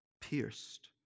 pierced